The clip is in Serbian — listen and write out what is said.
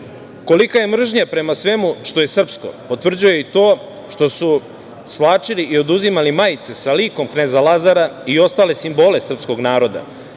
je mržnja prema svemu što je srpsko potvrđuje i to što su svlačili i oduzimali majice sa likom Kneza Lazara i ostale simbole srpskog naroda,